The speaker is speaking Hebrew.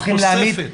התוספת.